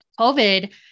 COVID